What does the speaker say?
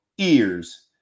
ears